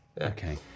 Okay